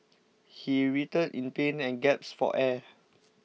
he writhed in pain and gasped for air